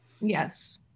Yes